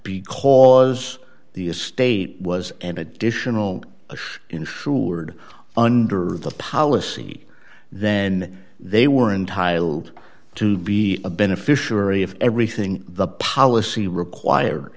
because the estate was an additional insured under the policy then they were in tiled to be a beneficiary of everything the policy require